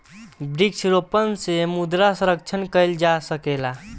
वृक्षारोपण से मृदा संरक्षण कईल जा सकेला